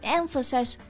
emphasize